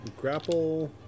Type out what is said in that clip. Grapple